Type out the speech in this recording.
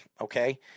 okay